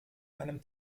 einem